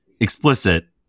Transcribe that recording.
explicit